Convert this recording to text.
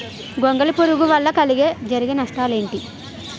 గొంగళి పురుగు వల్ల జరిగే నష్టాలేంటి?